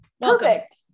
Perfect